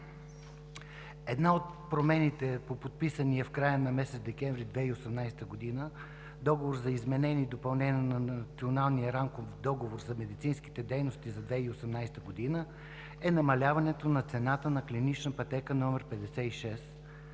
Една от промените по подписания в края на месец декември 2018 г. Договор за изменение и допълнение на Националния рамков договор за медицинските дейности за 2018 г. е намаляването на цената на клинична пътека № 56